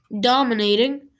dominating